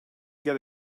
get